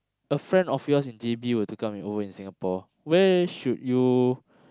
a friend of yours in J_B were to come in over in Singapore where should you